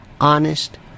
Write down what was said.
honest